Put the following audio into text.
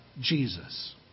Jesus